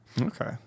Okay